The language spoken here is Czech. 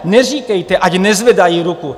Neříkejte, ať nezvedají ruku.